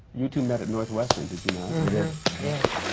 you two met at northwestern, did you not? yeah